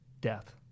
death